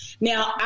Now